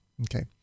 Okay